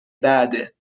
بعده